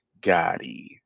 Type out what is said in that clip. Gotti